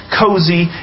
cozy